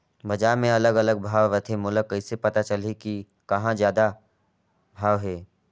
बजार मे अलग अलग भाव रथे, मोला कइसे पता चलही कि कहां जादा भाव हे?